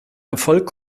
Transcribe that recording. erfolg